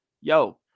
Yo